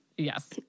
Yes